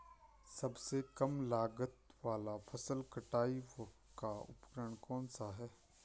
सबसे कम लागत वाला फसल कटाई का उपकरण कौन सा है?